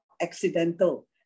accidental